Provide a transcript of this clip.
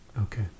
Okay